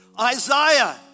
Isaiah